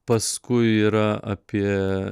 paskui yra apie